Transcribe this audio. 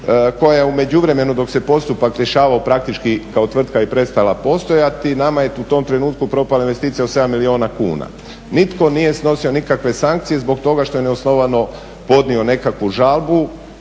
koja je u međuvremenu dok se postupak rješavao praktički kao tvrtka je prestala postojati, nama je u tom trenutku propala investicija od 7 milijuna kuna. Nitko nije snosio nikakve sankcije zbog toga što je neosnovano podnio nekakvu žalbu